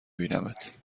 بینمت